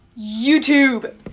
YouTube